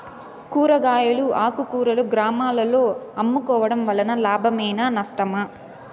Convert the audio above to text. కూరగాయలు ఆకుకూరలు గ్రామాలలో అమ్ముకోవడం వలన లాభమేనా నష్టమా?